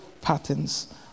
patterns